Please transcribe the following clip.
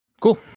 Cool